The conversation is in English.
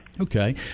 Okay